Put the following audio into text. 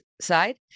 side